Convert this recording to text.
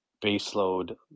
baseload